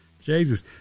Jesus